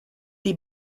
des